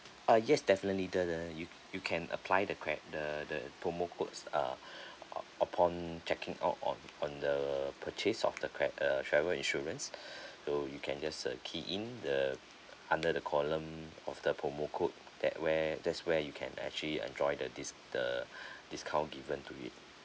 uh yes definitely the the you you can apply the cre~ the the promo codes uh u~ upon checking out on on the purchase of the cre~ uh travel insurance so you can just uh key in the under the column of the promo code that where there's where you can actually enjoy the dis~ the discount given to you